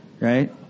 right